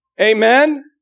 Amen